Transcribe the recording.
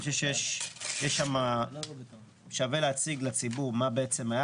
אני חושב ששווה להציג לציבור מה היה,